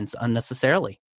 unnecessarily